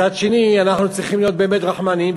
מצד שני אנחנו צריכים להיות באמת רחמנים,